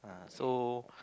so